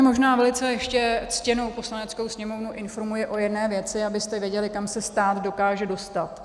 Tady možná ještě ctěnou Poslaneckou sněmovnu informuji o jedné věci, abyste věděli, kam se stát dokáže dostat.